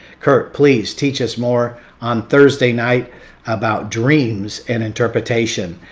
kurt, please teach us more on thursday night about dreams and interpretation.